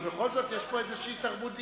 מאה אחוז, אבל בכל זאת יש פה איזושהי תרבות דיון.